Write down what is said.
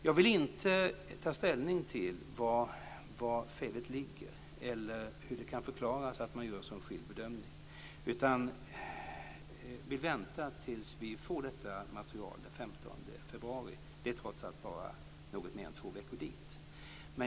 Jag vill inte ta ställning till var felet ligger eller hur det kan förklaras att man gör en så skild bedömning, utan vi väntar tills vi får materialet den 15 februari. Det är trots allt bara något mer än två veckor till dess.